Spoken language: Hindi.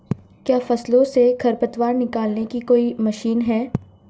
क्या फसलों से खरपतवार निकालने की कोई मशीन है?